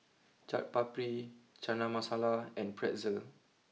Chaat Papri Chana Masala and Pretzel